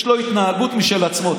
יש לו התנהגות משל עצמו,